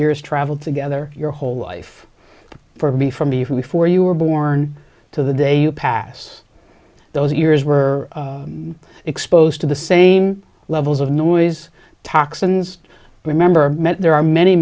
ears traveled together your whole life for me from the from before you were born to the day you pass those ears were exposed to the same levels of noise toxins remember there are many